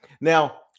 Now